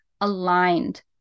aligned